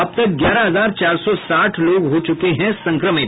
अब तक ग्यारह हजार चार सौ साठ लोग हो चुके हैं संक्रमित